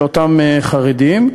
אותם חרדים,